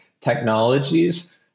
technologies